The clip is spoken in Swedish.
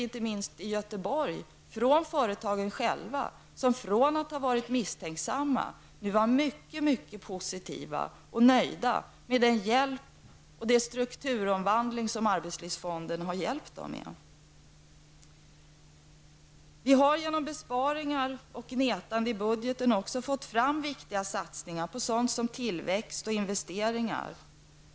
Inte minst i Göteborg har jag mött att företagen själva, från att ha varit misstänksamma, nu är mycket positiva och nöjda med den hjälp och den strukturomvandling som arbetslivsfonden har medfört. Vi har genom besparingar och gnetande i budgeten också fått fram viktiga satsningar på sådant som tillväxt och investeringar.